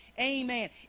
Amen